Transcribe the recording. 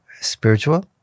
spiritual